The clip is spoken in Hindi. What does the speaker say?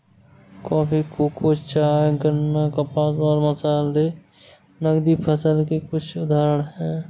कॉफी, कोको, चाय, गन्ना, कपास और मसाले नकदी फसल के कुछ उदाहरण हैं